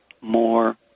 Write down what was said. more